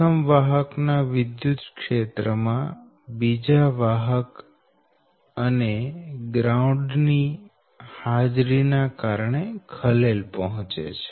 પ્રથમ વાહક ના વિદ્યુત ક્ષેત્ર માં બીજા વાહક અને ગ્રાઉન્ડ ની હાજરી ને કારણે ખલેલ પહોંચે છે